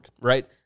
right